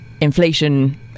Inflation